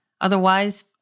Otherwise